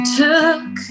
took